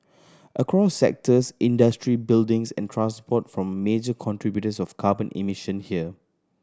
across sectors industry buildings and transport form major contributors of carbon emission here